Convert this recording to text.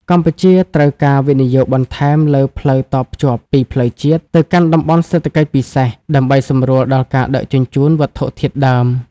កម្ពុជាត្រូវការវិនិយោគបន្ថែមលើផ្លូវតភ្ជាប់ពីផ្លូវជាតិ ទៅកាន់តំបន់សេដ្ឋកិច្ចពិសេស ដើម្បីសម្រួលដល់ការដឹកជញ្ជូនវត្ថុធាតុដើម។